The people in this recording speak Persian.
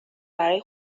برای